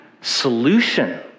solution